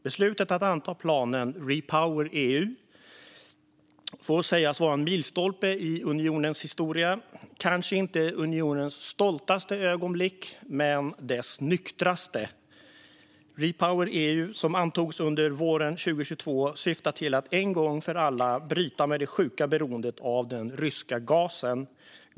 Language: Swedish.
Beslutet att anta planen REPowerEU får sägas vara en milstolpe i unionens historia - kanske inte unionens stoltaste ögonblick men dess nyktraste. REPowerEU, som antogs under våren 2022, syftar till att en gång för alla bryta med det sjuka beroendet av den ryska gasen.